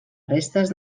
restes